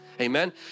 amen